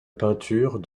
peinture